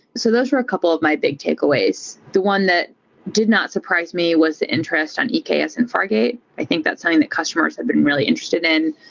so those are a couple of my big takeaways. the one that did not surprise me was the interest on eks ah and fargate. i think that's something that customers had been really interested in.